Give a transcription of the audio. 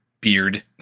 beard